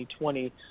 2020